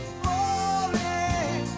falling